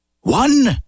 One